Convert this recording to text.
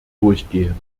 durchgehen